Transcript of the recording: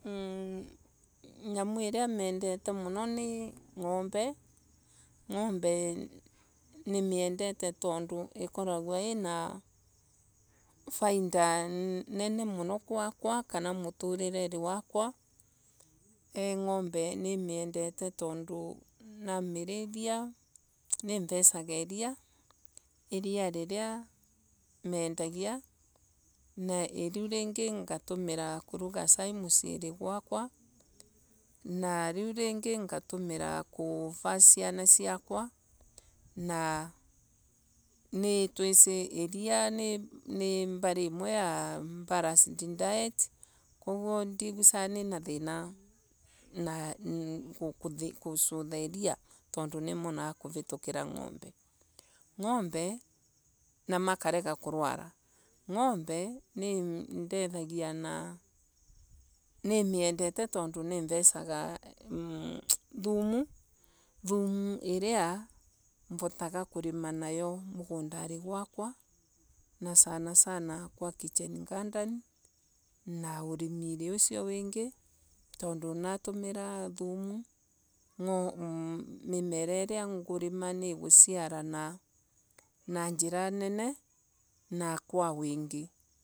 Nyamu iria mendete muno ni ngombe ngombe nimiendete tondu ikoragwa ina faida nene muno kwakwa kana muturireri wakwa eeh naombe nimiendete tondu namirithia niivesago iria. iria riria mendagia na viu ringi ngatumira kuruga sai musii gakwa na riu ringi engavu siana siakwa na nitwiri iria ni mbari imwe ya balansed diet. Koguo ndiigusaga nina thina na gusutha iria tondu nimonaga kwitukira ngombe. Na makorega kurwarwo. ngombe niindethia na nimiendete tondu niivesaga thumu thumu iria votaga kurima nayo mugundari gwaka na sana sana kwa kichen nganden na urimiri usio wingi. Tondu natumira thumu. mimera iria ngutumira niigusiara na njira nene. Na kwa wingi.